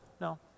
no